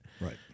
Right